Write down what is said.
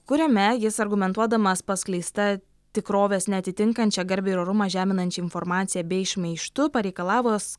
kuriame jis argumentuodamas paskleista tikrovės neatitinkančia garbę ir orumą žeminančia informacija bei šmeižtu pareikalavos